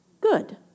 Good